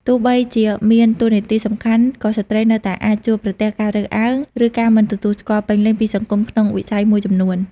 ទោះបីជាមានតួនាទីសំខាន់ ក៏ស្ត្រីនៅតែអាចជួបប្រទះការរើសអើង ឬការមិនទទួលស្គាល់ពេញលេញពីសង្គមក្នុងវិស័យមួយចំនួន។